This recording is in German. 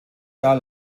jahr